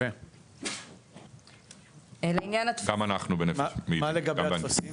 מה לגבי הטפסים?